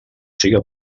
siga